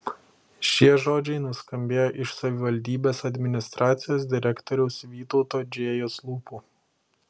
šie žodžiai nuskambėjo iš savivaldybės administracijos direktoriaus vytauto džėjos lūpų